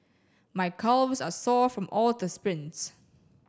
my calves are sore from all the sprints